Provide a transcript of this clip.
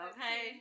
Okay